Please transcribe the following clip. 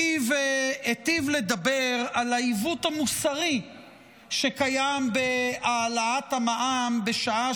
היטיב לדבר על העיוות המוסרי בהעלאת המע"מ בשעה